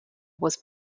was